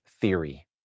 theory